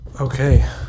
Okay